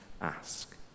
ask